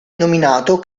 nominato